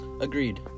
Agreed